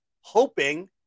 hoping